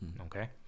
Okay